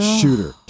Shooter